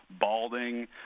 balding